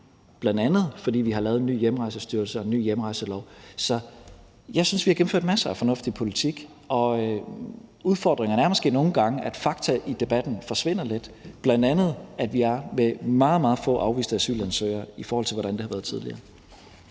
ned, bl.a. fordi vi har lavet en ny Hjemrejsestyrelse og en ny hjemrejselov. Så jeg synes, vi har gennemført masser af fornuftig politik. Udfordringerne er måske nogle gange, at fakta i debatten forsvinder lidt, bl.a. at der er meget, meget få afviste asylansøgere, i forhold til hvordan det har været tidligere.